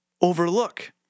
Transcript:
overlook